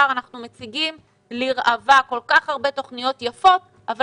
אנחנו מציגים לראווה כל כך הרבה תוכניות יפות אבל